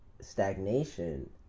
stagnation